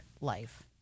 life